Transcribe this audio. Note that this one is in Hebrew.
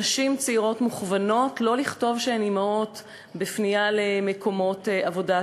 נשים צעירות מוכוונות לא לכתוב שהן אימהות בפנייה למקומות עבודה.